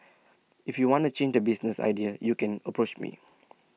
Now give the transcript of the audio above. if you wanna change the business idea you can approach me